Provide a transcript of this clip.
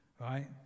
right